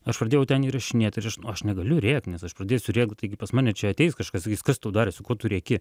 aš pradėjau ten įrašinėt ir aš aš negaliu rėkt nes aš pradėsiu rėkt taigi pas mane čia ateis kažkas kas tau darėsi ko tu rėki